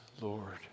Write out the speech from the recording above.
Lord